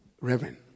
Reverend